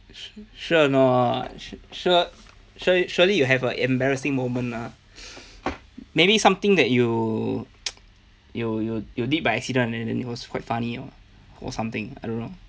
sure a not su~ su~ surely you have an embarrassing moment lah maybe something that you you you you did by accident and and it was quite funny or or something I don't know